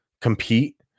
compete